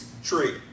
tree